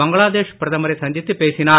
பங்களாதேஷ் பிரதமரை சந்தித்துப் பேசினார்